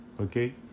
okay